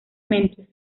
mentes